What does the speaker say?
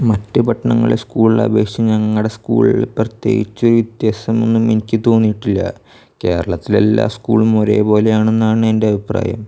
മറ്റ് പട്ടണങ്ങളിലെ സ്കൂളിനെ അപേക്ഷിച്ചു ഞങ്ങളുടെ സ്കൂൾ പ്രത്യേകിച്ച് വിത്യാസമൊന്നും എനിക്ക് തോന്നിയിട്ടില്ല കേരളത്തിലെല്ലാ സ്കൂളും ഒരേപോലെയാണെന്നാണ് എന്റെ അഭിപ്രായം